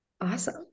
Awesome